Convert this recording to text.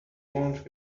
want